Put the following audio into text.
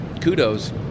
kudos